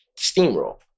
steamroll